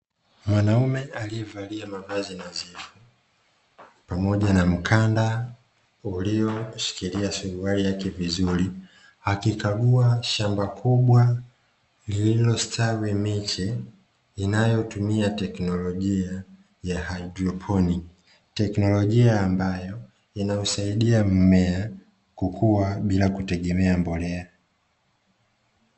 Mwanaume aliyevalia mavazi nadhifu, pamoja na mkanda ulioshikilia suruali yake vizuri, akikagua shamba kubwa lililostawi miche, inayotumia teknolojia ya haidroponi. Teknolojia ambayo inausaidia mmea kukua, bila kutegemea mbolea.